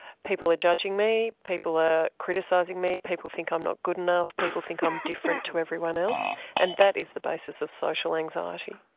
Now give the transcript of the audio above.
people are judging me, people are criticising me, people think i'm not good enough, people think i'm different to everyone else and that is the basis of social anxiety.